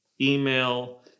email